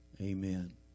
amen